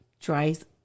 dries